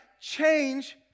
change